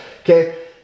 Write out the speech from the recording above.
Okay